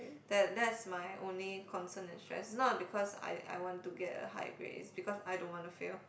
that that's my only concern and stress is not because I I want to get a high grade it's because I don't want to fail